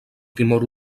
timor